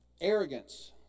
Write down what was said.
arrogance